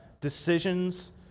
Decisions